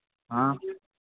हाँ